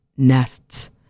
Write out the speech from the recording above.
nests